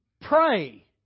pray